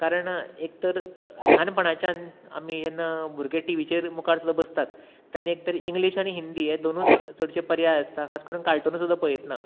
कारण एक तर ल्हानपणाच्यान आमी जेन्ना भुरगे टिव्हीचे मुखार सुद्दां बसतात तेन्ना एक तर इंग्लिश आनी हिंदी हे दोनूच चडशे पर्याय आसता खास करून कार्टुनां सुद्दां पळयतना